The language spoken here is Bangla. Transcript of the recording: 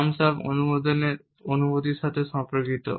থাম্বস আপ অনুমোদনের অনুভূতির সাথেও সম্পর্কিত